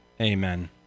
Amen